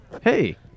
Hey